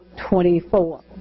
24